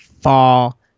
fall